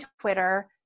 Twitter